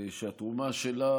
שהתרומה שלה